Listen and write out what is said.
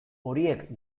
horiek